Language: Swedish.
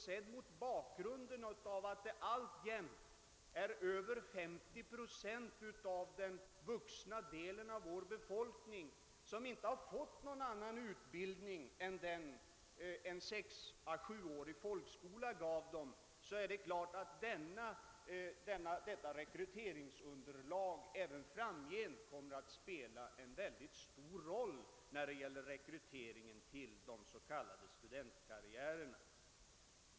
Sett mot bakgrunden av att alltjämt över 50 procent av den vuxna delen av vår befolkning inte har fått någon annan utbildning än den som en sexå sjuårig folkskola gav är det klart, att detta rekryteringsunderlag även framgent kommer att spela en mycket stor roll när det gäller rekryteringen till de s.k. studentkarriärerna.